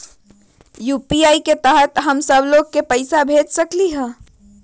UPI के तहद हम सब लोग को पैसा भेज सकली ह?